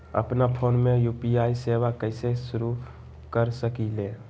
अपना फ़ोन मे यू.पी.आई सेवा कईसे शुरू कर सकीले?